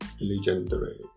legendary